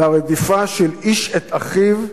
לרדיפה של איש את אחיו,